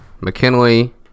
McKinley